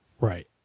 Right